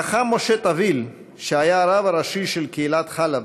חכם משה טוויל, שהיה הרב הראשי של קהילת חלב,